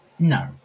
No